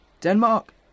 Denmark